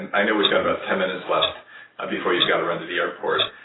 and i know we've got about ten minutes left ah before you've got to run to the airport,